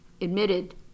admitted